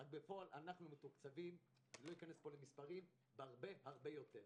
בפועל אנו מתוקצבים בהרבה-הרבה יותר.